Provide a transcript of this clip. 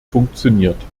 funktioniert